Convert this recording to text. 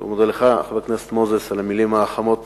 חבר הכנסת מוזס, על המלים החמות